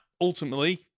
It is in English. ultimately